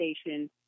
station